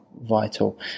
vital